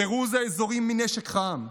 פירוז האזורים מנשק חם,